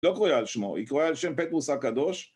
לא קרויה על שמו, היא קרויה על שם פטרוס הקדוש